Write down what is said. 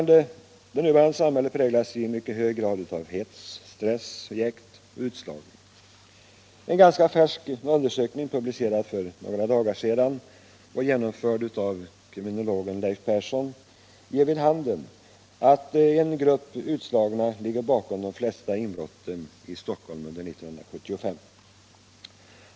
Det nuvarande samhället präglas i mycket hög grad av hets, stress, jäkt och utslagning. En ganska färsk undersökning, publicerad för några dagar sedan och genomförd av kriminologen Leif Persson, ger vid handen att en grupp utslagna ligger bakom de flesta inbrotten i Stockholm under 1975.